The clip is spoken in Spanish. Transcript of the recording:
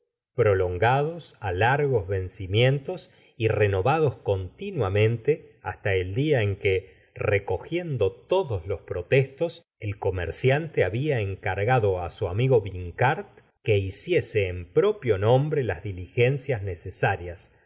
de bovary largos vencimientos y r enovados continuamente hasta el día en que recogiendo todos los protestos el comerciantehab ía encargado á su amigo vin art que hiciese en propio nombre las dil igencias necesarias